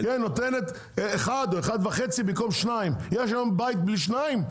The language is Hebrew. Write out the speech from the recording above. היא נותנת 1/1.5 במקום 2. יש היום בית בלי 2?